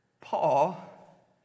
Paul